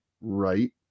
right